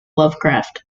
lovecraft